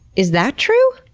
is that true?